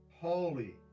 holy